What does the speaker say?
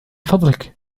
فضلك